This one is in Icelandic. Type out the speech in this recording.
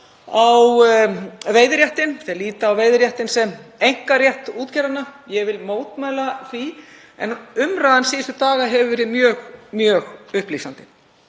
á veiðiréttinn. Þeir líta á veiðiréttinn sem einkarétt útgerðanna. Ég vil mótmæla því en umræðan síðustu daga hefur verið mjög upplýsandi.